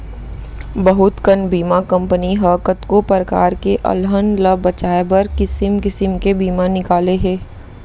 बहुत कन बीमा कंपनी ह कतको परकार के अलहन ल बचाए बर किसिम किसिम के बीमा निकाले हे